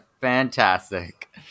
Fantastic